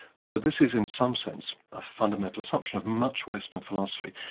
so this is in some sense a fundamental assumption of much western philosophy.